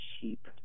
cheap